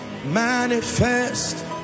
Manifest